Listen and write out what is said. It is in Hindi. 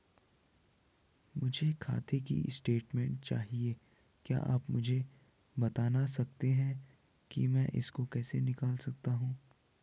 मुझे खाते की स्टेटमेंट चाहिए क्या आप मुझे बताना सकते हैं कि मैं इसको कैसे निकाल सकता हूँ?